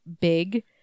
big